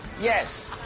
yes